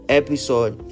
episode